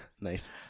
Nice